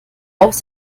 aus